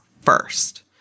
first